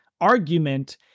argument